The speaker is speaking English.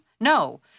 No